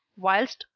whilst,